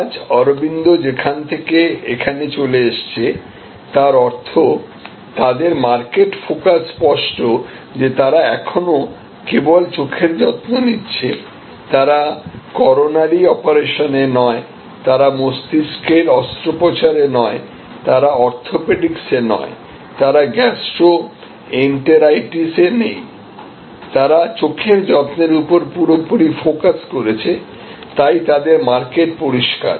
আজ অরবিন্দ সেখান থেকে এখানে চলে এসেছে তার অর্থ তাদের মার্কেট ফোকাস স্পষ্ট যে তারা এখনও কেবল চোখের যত্ন নিচ্ছে তারা করোনারি অপারেশনে নয় তারা মস্তিষ্কের অস্ত্রোপচারে নয় তারা অর্থোপেডিক্সে নয় তারা গ্যাস্ট্রোএন্টেরাইটিসে নেই তারা চোখের যত্নের উপর পুরোপুরি ফোকাস করেছে তাই তাদের মার্কেট পরিষ্কার